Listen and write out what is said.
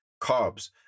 Carbs